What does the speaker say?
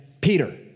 Peter